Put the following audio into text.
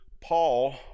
Paul